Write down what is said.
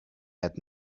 had